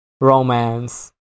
romance